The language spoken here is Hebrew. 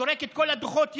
זורק את כל הדוחות יחד,